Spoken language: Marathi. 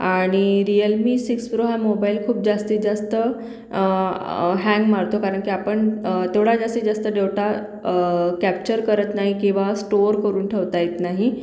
आणि रियलमी सिक्स प्रो हा मोबाईल खूप जास्तीत जास्त हँग मारतो कारण की आपण तेवढा जास्तीत जास्त डेवटा कॅप्चर करत नाही किंवा स्टोअर करून ठेवता येत नाही